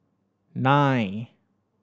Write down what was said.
nine